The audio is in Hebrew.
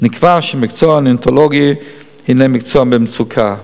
נקבע שמקצוע הנאונטולוגיה הינו מקצוע במצוקה.